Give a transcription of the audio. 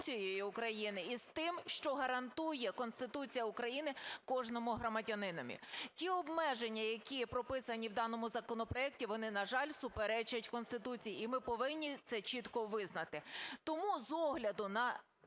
Конституцією України, і з тим, що гарантує Конституція України кожному громадянинові. Ті обмеження, які прописані в даному законопроекті, вони, на жаль, суперечать Конституції, і ми повинні це чітко визнати. Тому з огляду на